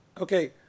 Okay